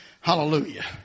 Hallelujah